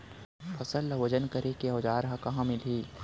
फसल ला वजन करे के औज़ार हा कहाँ मिलही?